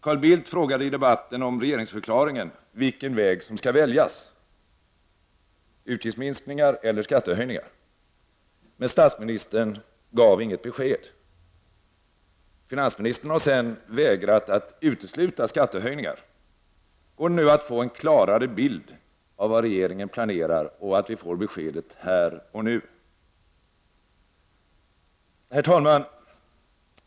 Carl Bildt frågade i debatten om regeringsförklaringen vilken väg som skall väljas — utgiftsminskningar eller skattehöjningar —, men statsministern gav inget besked. Finansministern har sedan vägrat att utesluta skattehöjningar. Går det att få en klarare bild av vad regeringen planerar och få besked här och nu? Herr talman!